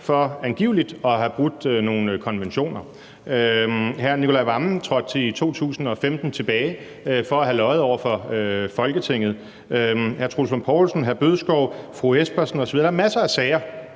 for angiveligt at have brudt nogle konventioner; hr. Nicolai Wammen trådte i 2015 tilbage efter at have løjet over for Folketinget; hr. Troels Lund Poulsen, hr. Morten Bødskov, fru Lene Espersen osv. Der er masser af sager,